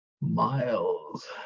miles